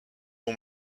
ont